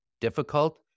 difficult